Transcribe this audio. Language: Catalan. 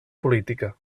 política